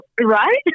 right